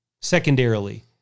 Secondarily